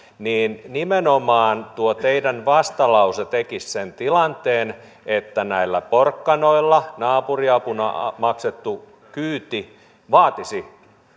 niin nimenomaan tuo teidän vastalauseenne tekisi sen tilanteen että näillä porkkanoilla naapuriapuna maksettu kyyti vaatisi